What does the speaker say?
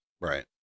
Right